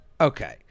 okay